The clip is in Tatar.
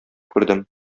күрдем